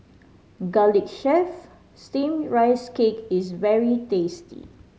garlic chive Steamed Rice Cake is very tasty